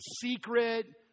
secret